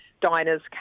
diners